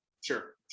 Sure